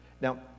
Now